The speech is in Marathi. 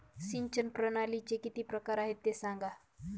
सिंचन प्रणालीचे किती प्रकार आहे ते सांगा